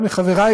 גם מחברי,